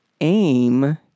aim